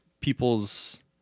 people's